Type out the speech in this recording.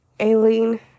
Aileen